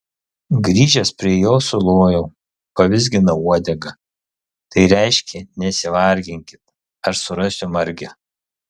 grįžęs prie jo sulojau pavizginau uodegą tai reiškė nesivarginkit aš surasiu margę